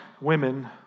women